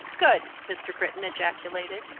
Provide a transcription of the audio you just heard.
good! mr. britton ejaculated.